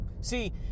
See